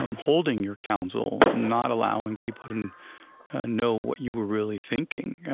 um holding your counsel, not allowing people to know what you were really thinking.